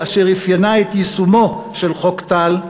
אשר אפיינה את יישומו של חוק טל,